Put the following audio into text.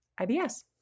IBS